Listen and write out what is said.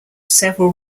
several